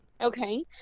Okay